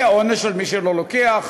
יהיה עונש על מי שלא לוקח,